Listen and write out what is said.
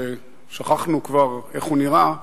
שכבר שכחנו איך הוא נראה,